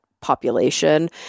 Population